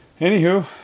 Anywho